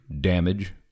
damage